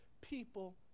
people